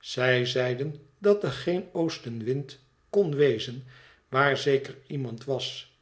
zij zeiden dat er geen oostenwind kon wezen waar zeker iemand was